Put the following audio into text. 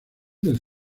del